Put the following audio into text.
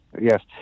yes